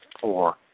four